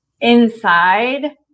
inside